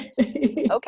Okay